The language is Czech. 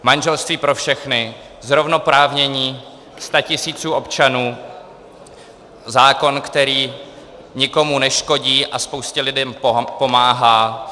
Manželství pro všechny, zrovnoprávnění statisíců občanů, zákon, který nikomu neškodí a spoustě lidí pomáhá.